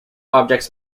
objects